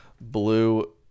Blue